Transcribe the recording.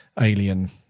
alien